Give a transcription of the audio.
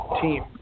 team